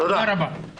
תודה רבה.